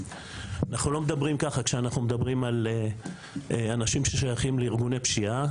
אנחנו לא מדברים ככה כשאנחנו מדברים על אנשים ששייכים לארגוני פשיעה,